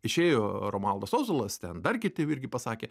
išėjo romualdas ozolas ten dar kiti irgi pasakė